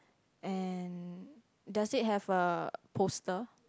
and does it have a poster